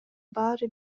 баары